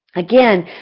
again,